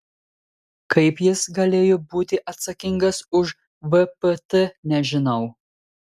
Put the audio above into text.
kaip jis galėjo būti atsakingas už vpt nežinau